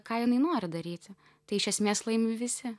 ką jinai nori daryti tai iš esmės laimi visi